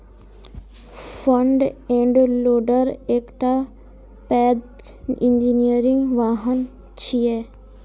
front end loader एकटा पैघ engineering वाहन छियै